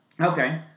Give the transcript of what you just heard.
Okay